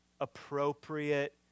appropriate